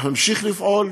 אנחנו נמשיך לפעול,